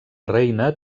reina